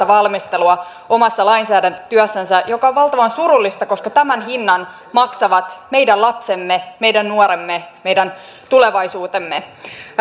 valmistelua omassa lainsäädäntötyössänsä mikä on valtavan surullista koska tämän hinnan maksavat meidän lapsemme meidän nuoremme meidän tulevaisuutemme